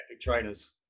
trainers